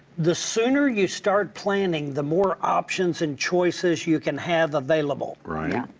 the sooner you start planning the more options and choices you can have available. right.